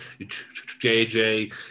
JJ